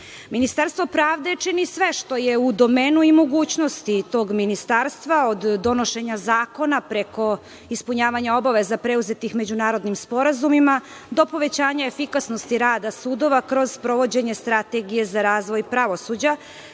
previđeno. Ministarstvo pravde čini sve što je u domenu i mogućnosti tog ministarstva, od donošenja zakona, preko ispunjavanja obaveza preuzetih međunarodnim sporazumima, do povećanja efikasnosti rada sudova kroz sprovođenje strategije za razvoj pravosuđa,